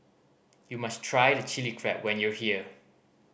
you must try the Chilli Crab when you are here